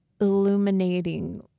illuminating